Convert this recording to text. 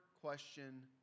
question